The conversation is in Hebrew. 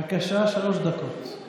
בבקשה, שלוש דקות.